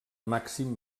màxim